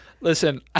Listen